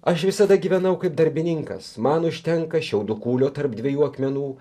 aš visada gyvenau kaip darbininkas man užtenka šiaudų kūlio tarp dviejų akmenų